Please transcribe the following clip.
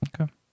Okay